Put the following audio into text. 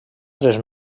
tres